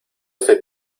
estoy